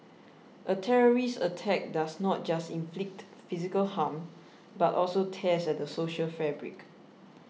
a terrorist attack does not just inflict physical harm but also tears at the social fabric